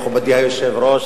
מכובדי היושב-ראש,